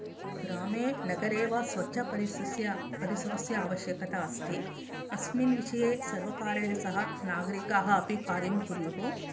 ग्रामे नगरे वा स्वच्छपरिसस्य स्वच्छपरिसरस्य आवश्यकता अस्ति अस्मिन् विषये सर्वकारेण सह नागरीकाः अपि कार्यं कुर्युः